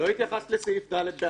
לא התייחסת לסעיף (ד).